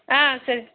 ஆ சரி